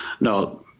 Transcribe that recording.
no